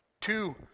two